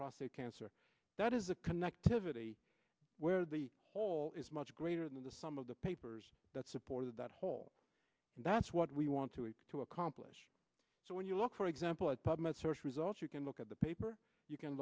prostate cancer that is a connectivity where the whole is much greater than the sum of the papers that supported that whole and that's what we want to have to accomplish so when you look for example at pub med search results you can look at the paper you can